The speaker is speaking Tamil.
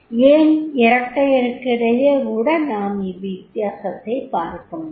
ஏன் இரட்டையருக்கிடையே கூட நாம் இவ்வித்தியாசத்தைப் பார்க்க முடியும்